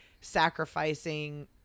sacrificing